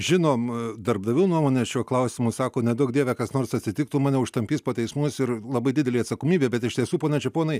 žinom darbdavių nuomonę šiuo klausimu sako neduok dieve kas nors atsitiktų mane užtampys po teismus ir labai didelė atsakomybė bet iš tiesų pone čeponai